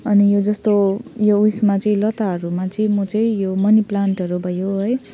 अनि यो जस्तो यो उयसमा चाहिँ लताहरूमा चाहिँ म चाहिँ यो मनी प्लान्टहरू भयो है